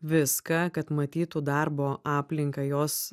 viską kad matytų darbo aplinką jos